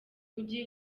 mugi